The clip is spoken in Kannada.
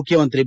ಮುಖ್ಯಮಂತ್ರಿ ಬಿ